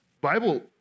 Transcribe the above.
Bible